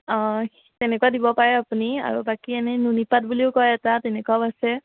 অঁ তেনেকুৱা দিব পাৰে আাপুনি আৰু বাকী এনেই নুনী পাট বুলিও কয় এটা তেনেকুৱাও আছে